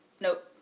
Nope